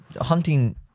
hunting